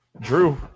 drew